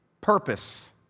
purpose